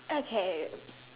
okay